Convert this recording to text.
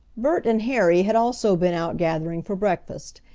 bert and harry had also been out gathering for breakfast,